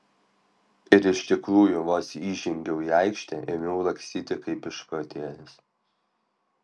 ir iš tikrųjų vos įžengiau į aikštę ėmiau lakstyti kaip išprotėjęs